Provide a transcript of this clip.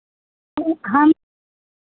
हम